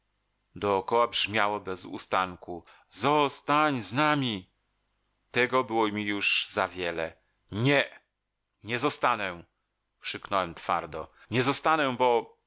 dokoła brzmiało bez ustanku zostań z nami tego było mi już za wiele nie nie zostanę krzyknąłem twardo nie zostanę bo